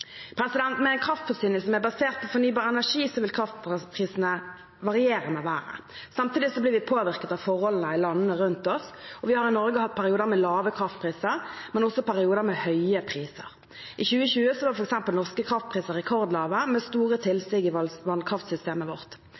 Med en kraftforsyning som er basert på fornybar energi, vil kraftprisene variere med været. Samtidig blir vi påvirket av forholdene i landene rundt oss. Vi har i Norge hatt perioder med lave kraftpriser, men også perioder med høye priser. I 2020 var f.eks. norske kraftpriser rekordlave, med store tilsig til vannkraftsystemet vårt.